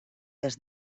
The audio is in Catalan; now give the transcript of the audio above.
des